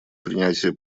принятие